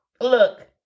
Look